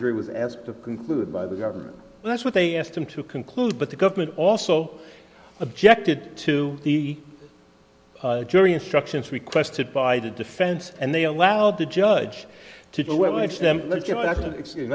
jury was asked to conclude by the government that's what they asked him to conclude but the government also objected to the jury instructions requested by the defense and they allowed the judge